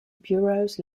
bureaus